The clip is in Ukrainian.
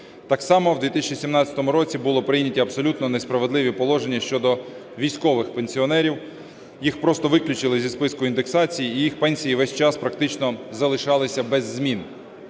Так само в 2017 році були прийняті абсолютно несправедливі положення щодо військових пенсіонерів. Їх просто виключили зі списку індексацій, і їх пенсії весь час практично залишалися без змін.